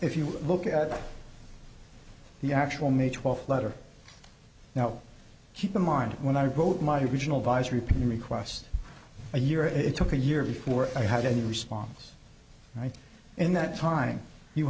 if you look at the actual may twelfth letter now keep in mind when i wrote my original vice repeated requests a year it took a year before i had any response in that time you